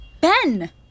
Ben